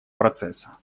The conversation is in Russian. процесса